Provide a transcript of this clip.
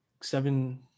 seven